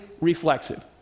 reflexive